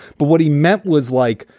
but what he meant was like,